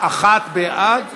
אחת בעד